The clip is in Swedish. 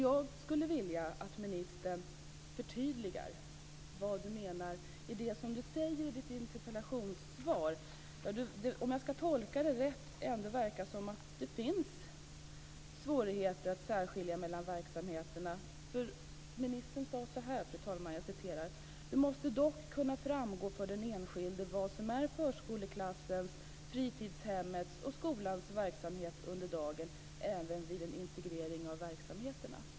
Jag skulle vilja att ministern förtydligar vad hon sade i sitt interpellationssvar. Jag tolkar det som att det finns svårigheter att särskilja mellan verksamheterna. Ministern sade: "Det måste dock kunna framgå för den enskilde vad som är förskoleklassens, fritidshemmets och skolans verksamhet under dagen, även vid en integrering av verksamheterna -."